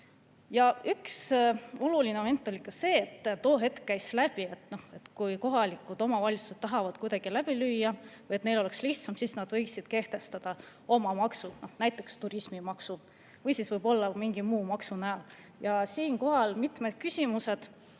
Ja üks oluline moment on see, et too hetk käis läbi see, et kui kohalikud omavalitsused tahavad kuidagi läbi lüüa või et neil oleks lihtsam, siis nad võiksid kehtestada oma maksu, näiteks turismimaksu või siis mingi muu maksu. Ja mitmed küsimused